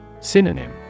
Synonym